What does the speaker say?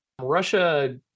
Russia